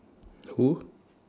who